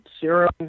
serum